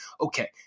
okay